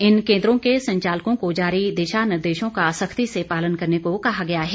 इन केन्द्रों के संचालकों को जारी दिशा निर्देशों का सख्ती से पालन करने को कहा गया है